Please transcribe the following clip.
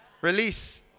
Release